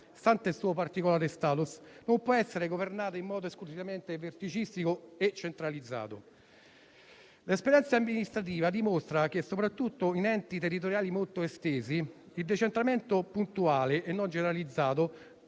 stante il suo particolare *status*, non può essere governata in modo esclusivamente verticistico e centralizzato. L'esperienza amministrativa dimostra che, soprattutto in enti territoriali molto estesi, il decentramento puntuale e non generalizzato